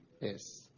Yes